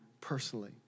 personally